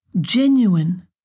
genuine